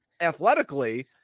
athletically